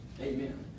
Amen